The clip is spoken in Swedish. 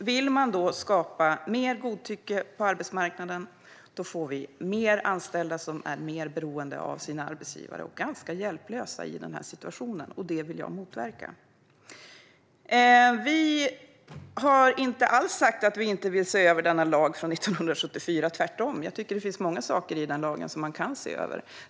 Vill man skapa mer godtycke på arbetsmarknaden blir det fler anställda som är mer beroende av sina arbetsgivare och ganska hjälplösa i en sådan situation, och det vill jag motverka. Vi har inte alls sagt att vi inte vill se över denna lag från 1974, tvärtom. Jag tycker att det finns mycket i den lagen som man kan se över.